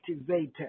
activated